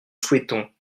souhaitons